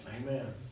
Amen